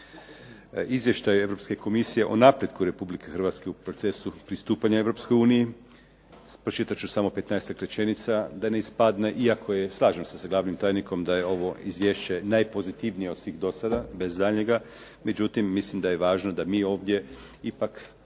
izvještaju Europske komisije o napretku Republike Hrvatske u procesu pristupanja Europskoj uniji. Pročitat ću samo 15-tak rečenica da ne ispadne iako je, slažem se sa glavnim tajnikom da je ovo izvješće najpozitivnije od svih dosada, bez daljnjega, međutim mislim da je važno da mi ovdje ipak